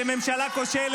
חברי הכנסת.